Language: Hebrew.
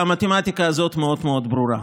והמתמטיקה הזאת מאוד מאוד ברורה.